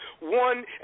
One